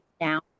now